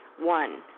One